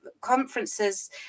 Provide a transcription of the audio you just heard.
conferences